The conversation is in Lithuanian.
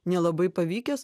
nelabai pavykęs